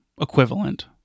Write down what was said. equivalent